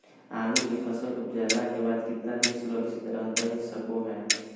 आलू के फसल उपजला के बाद कितना दिन सुरक्षित रहतई सको हय?